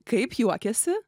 kaip juokiasi